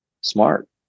smart